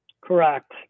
Correct